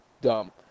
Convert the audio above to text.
dumb